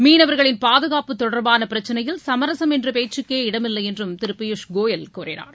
மீனவர்களின் பாதுகாப்பு தொடர்பான பிரச்னையில் சமரசம் என்ற பேச்சுக்கே இடமில்லை என்றும் திரு பியூஸ் கோயல் கூறினார்